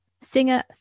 singer